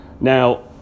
Now